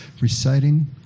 reciting